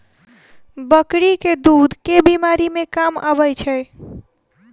बकरी केँ दुध केँ बीमारी मे काम आबै छै?